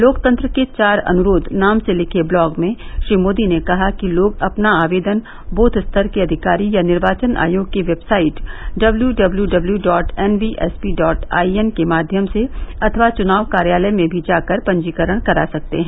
लोकतंत्र के चार अनुरोध नाम से लिखे ब्लॉग में श्री मोदी ने कहा कि लोग अपना आवेदन ब्थ स्तर के अधिकारी या निर्वाचन आयोग की website W W W dot N V S P dot I N के माध्यम से अथवा चुनाव कार्यालय में भी जाकर अपना पंजीकरण करा सकते हैं